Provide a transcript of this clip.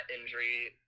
injury